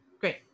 Great